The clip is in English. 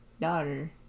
daughter